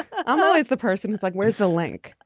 i'm always the person it's like where's the link.